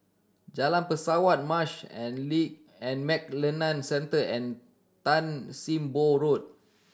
Jalan Pesawat Marsh and Lee and McLennan Centre and Tan Sim Boh Road